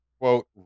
quote